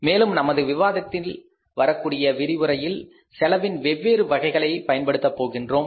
மேலும் நமது விவாதத்தில் வரக்கூடிய விரிவுரையில் செலவின் வெவ்வேறு வகைகளை பயன்படுத்த போகின்றோம்